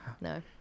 no